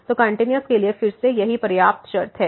तो कंटिन्यूस के लिए फिर से यही एक पर्याप्त शर्त है